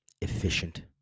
efficient